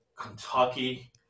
Kentucky